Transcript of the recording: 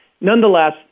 Nonetheless